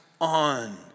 on